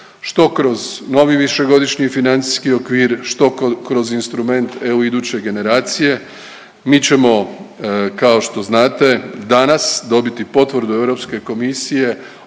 što kroz novi višegodišnji financijski okvir, što kroz instrument EU Iduće generacije. Mi ćemo kao što znate danas dobiti potvrdu Europske komisije